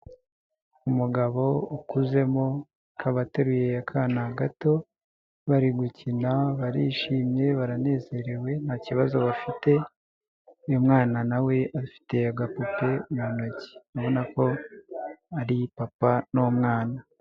Umugabo ukuzemo akabateruye akana gato bari gukina barishimye baranezerewe nta kibazo bafite uyu mwana nawe afite agapupe mu ntoki ubona ko ari papa n'umwana.